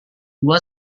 dua